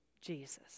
Jesus